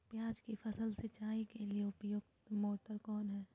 प्याज की फसल सिंचाई के लिए उपयुक्त मोटर कौन है?